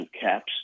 caps